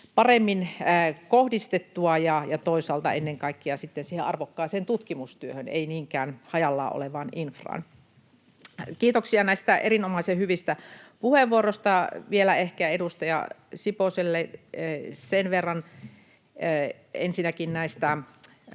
paremmin ja toisaalta ennen kaikkea siihen arvokkaaseen tutkimustyöhön, ei niinkään hajallaan olevaan infraan. Kiitoksia näistä erinomaisen hyvistä puheenvuoroista. Vielä ehkä edustaja Siposelle sen verran ensinnäkin näistä